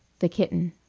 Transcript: the kitten